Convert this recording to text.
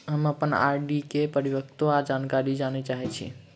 हम अप्पन आर.डी केँ परिपक्वता जानकारी जानऽ चाहै छी